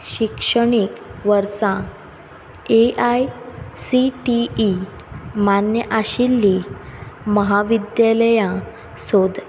शिक्षणीक वर्सा A I C T E मान्य आशिल्लीं महाविद्यालयां सोद